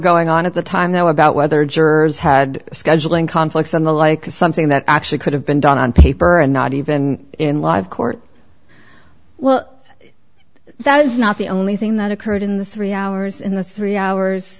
going on at the time though about whether jurors had scheduling conflicts and the like is something that actually could have been done on paper and not even in live court well that is not the only thing that occurred in the three hours in the three hours